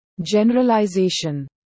generalization